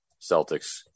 Celtics